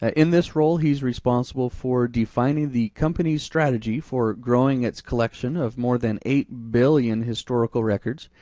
ah in this role, he's responsible for defining the company strategy for growing its collection of more than eight billion historical records,